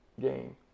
game